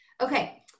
Okay